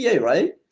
right